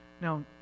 Now